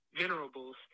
Venerable's